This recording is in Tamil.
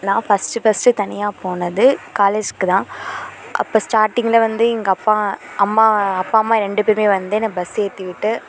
நான் ஃபஸ்ட்டு ஃபஸ்ட்டு தனியாக போனது காலேஜ்க்கு தான் அப்போ ஸ்டாட்டிங்கில் வந்து எங்கள் அப்பா அம்மா அப்பா அம்மா ரெண்டு பேருமே வந்து என்னை பஸ்ஸு ஏற்றி விட்டு